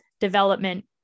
development